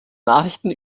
nachrichten